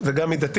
אז גם מידתיות,